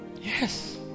Yes